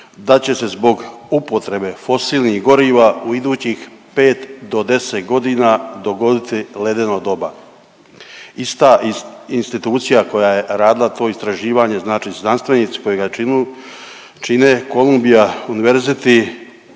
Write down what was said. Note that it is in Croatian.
da će se zbog upotrebe fosilnih goriva u idućih 5 do 10 godina dogoditi ledeno doba. Ista institucija koja je radila to istraživanje, znači znanstvenici koji ga čine Kolumbija university